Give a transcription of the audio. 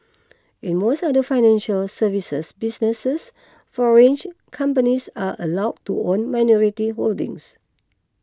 in most other financial services businesses foreign companies are allowed to own minority holdings